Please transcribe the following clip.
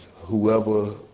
whoever